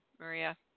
Maria